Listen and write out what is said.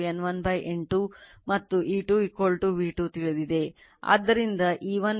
ಆದ್ದರಿಂದ E1 V 2 K ಆದ್ದರಿಂದ E1 K V2